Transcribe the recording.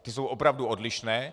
Ty jsou opravdu odlišné.